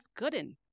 Gooden